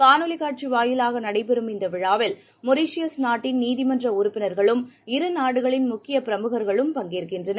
காணொளிகாட்சிவழியாகநடைபெறும் இந்தவிழாவில் மொரிஷியஸ் நாட்டின் நீதிமன்றஉறுப்பினர்களும் இரு நாடுகளின் முக்கியபிரமுகர்களும் பங்கேற்கின்றனர்